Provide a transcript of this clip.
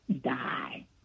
Die